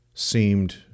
seemed